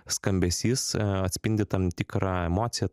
skambesys atspindi tam tikrą emociją